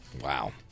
Wow